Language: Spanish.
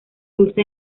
usa